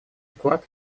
вклад